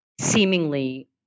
seemingly